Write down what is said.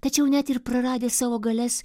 tačiau net ir praradę savo galias